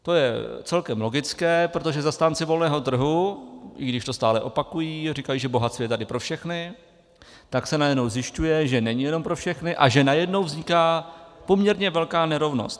To je celkem logické, protože zastánci volného trhu, i když to stále opakují a říkají, že bohatství je tady pro všechny, tak se najednou zjišťuje, že není jenom pro všechny a že najednou vzniká poměrně velká nerovnost.